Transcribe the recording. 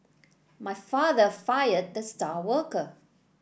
my father fired the star worker